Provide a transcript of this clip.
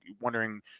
wondering